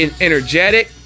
energetic